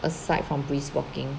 aside from brisk walking